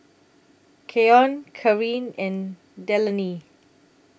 Keyon Carin and Delaney